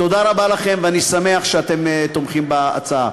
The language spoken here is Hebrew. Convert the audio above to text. תודה רבה לכם, ואני שמח שאתם תומכים בהצעה.